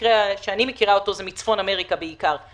המקרה שאני מכירה הוא מצפון אמריקה בעיקר.